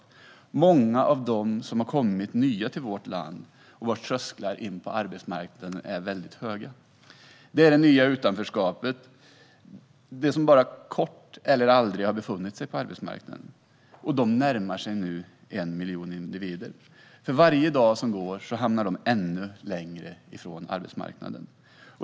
Det handlar om många av dem som har kommit nya till vårt land, för vilka trösklarna för att komma in på arbetsmarknaden är väldigt höga. Detta är det nya utanförskapet. Det drabbar dem som bara under kort tid, eller aldrig, har befunnit sig på arbetsmarknaden. Dessa närmar sig nu 1 miljon individer, och för varje dag som går hamnar de allt längre från arbetsmarknaden.